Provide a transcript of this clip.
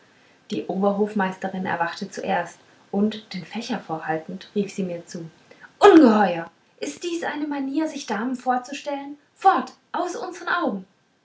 die oberhofmeisterin erwachte zuerst und den fächer vorhaltend rief sie mir zu ungeheuer ist dies eine manier sich damen vorzustellen fort aus unsern augen